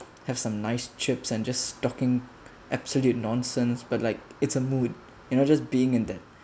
have some nice chips and just talking absolute nonsense but like it's a mood you know just being in that